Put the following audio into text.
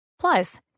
Plus